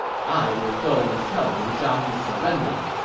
i will go and tell liu zhang to surrender.